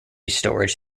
storage